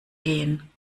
gehen